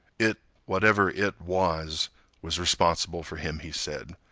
it whatever it was was responsible for him, he said.